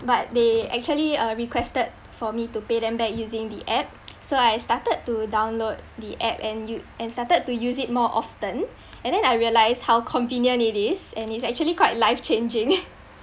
but they actually uh requested for me to pay them back using the app so I started to download the app and u~ and started to use it more often and then I realised how convenient it is and its actually quite life changing